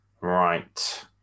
right